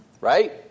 right